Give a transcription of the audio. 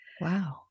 Wow